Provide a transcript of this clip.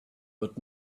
but